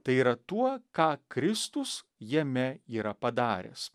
tai yra tuo ką kristus jame yra padaręs